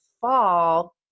fall